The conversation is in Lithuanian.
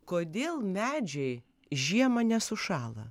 kodėl medžiai žiemą nesušąla